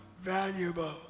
valuable